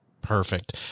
Perfect